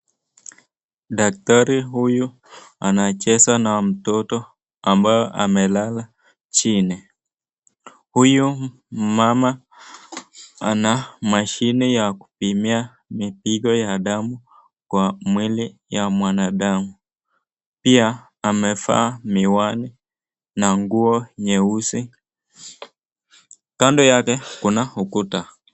Daktari huyu anacheza na mtoto ambaye amelala chini. Huyu mama ana mashine ya kupimia mipigo ya damu kwa mwili wa mwanadamu. Pia amevaa miwani na nguo nyeusi. Kando yake kuna ukuta.